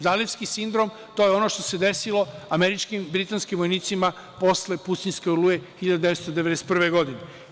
Zalivski sindrom je ono što se desilo američkim i britanskim vojnicima posle „Pustinjske oluje“ 1991. godine.